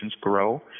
grow